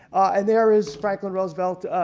and there is franklin roosevelt.